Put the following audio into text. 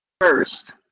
first